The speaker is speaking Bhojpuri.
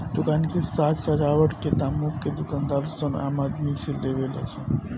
दुकान के साज सजावट के दामो के दूकानदार सन आम आदमी से लेवे ला सन